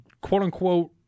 quote-unquote